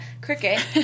Cricket